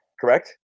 Correct